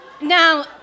Now